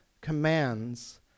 commands